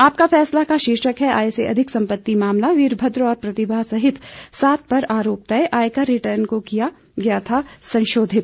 आपका फैसला का शीर्षक है आय से अधिक सम्पत्ति मामला वीरभद्र और प्रतिभा सहित सात पर आरोप तय आयकर रिटर्न को किया गया था संशोधित